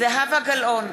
זהבה גלאון,